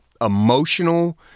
emotional